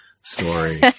story